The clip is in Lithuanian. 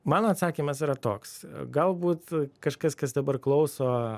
mano atsakymas yra toks galbūt kažkas kas dabar klauso